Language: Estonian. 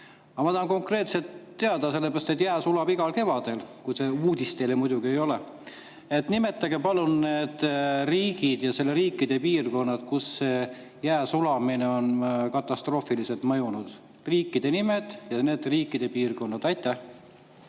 Ma tahan konkreetselt teada, sellepärast et jää sulab igal kevadel, see teile muidugi uudis ei ole: nimetage palun need riigid ja riikide piirkonnad, kus jää sulamine on katastroofiliselt mõjunud. Riikide nimed ja nende riikide piirkonnad. Aitäh,